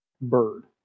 bird